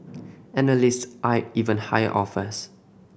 analysts eyed even higher offers